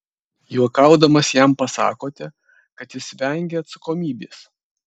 juokaudamas jam pasakote kad jis vengia atsakomybės